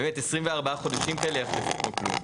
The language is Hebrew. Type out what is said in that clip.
באמת 24 חודשים כאלה יחלפו כמו כלום.